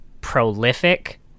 prolific